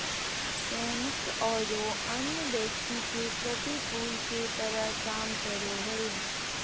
सैनिक औरो अन्य व्यक्ति के प्रतिकूल के तरह काम करो हइ